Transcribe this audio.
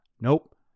Nope